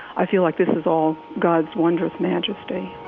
i feel like this is all god's wondrous majesty